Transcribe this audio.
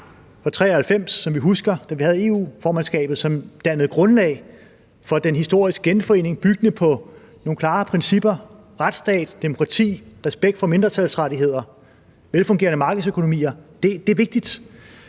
fra 1993, som vi husker. Da vi havde EU-formandskabet, dannede de grundlag for den historiske genforening byggende på nogle klare principper: retsstat, demokrati, respekt for mindretalsrettigheder, velfungerende markedsøkonomier. Det er vigtigt.